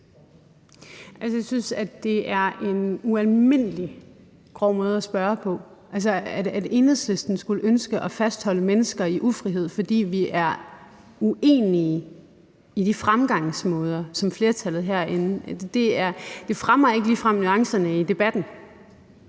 Jeg synes, det er en ualmindelig grov måde at spørge på – altså, at Enhedslisten skulle ønske at fastholde mennesker i ufrihed, fordi vi er uenige i de fremgangsmåder, som flertallet herinde ønsker. Det fremmer ikke ligefrem nuancerne i debatten.